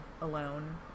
alone